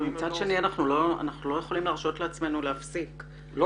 אבל מצד שני אנחנו לא יכולים להרשות לעצמנו להפסיק או